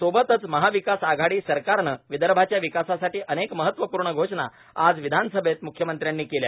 सोबतच महाविकास आघाडी सरकारने विदर्भाच्या विकासासाठी अनेक महत्वपूर्ण घोषणा आज विधानसभेत मुख्यमंत्र्याने केल्या